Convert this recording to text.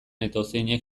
edozeinek